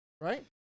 Right